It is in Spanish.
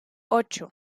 ocho